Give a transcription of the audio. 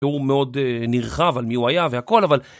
תיאור מאוד נרחב על מי הוא היה והכל, אבל...